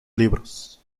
libros